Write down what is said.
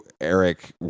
Eric